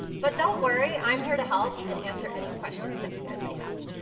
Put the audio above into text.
but don't worry, i'm here to help and answer any questions that you guys may have.